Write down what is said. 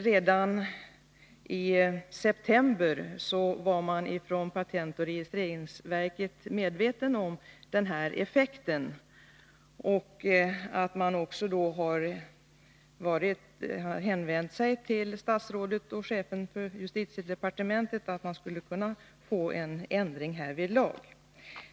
Redan i september var man ju på patentoch registreringsverket medveten om den här effekten. Man har också hänvänt sig till statsrådet och chefen för justitiedepartementet för att få en ändring härvidlag.